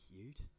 cute